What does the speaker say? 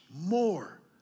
more